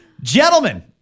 Gentlemen